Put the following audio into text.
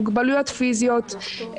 מוגבלויות פיזיות,